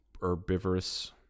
herbivorous